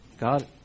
God